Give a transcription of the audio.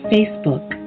Facebook